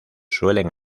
suelen